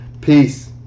Peace